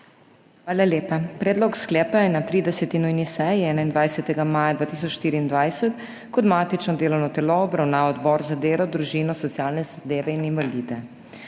Hvala lepa. Predlog sklepa je na 30. nujni seji, 21. maja 2024 kot matično delovno telo obravnaval Odbor za delo, družino, socialne zadeve in invalide.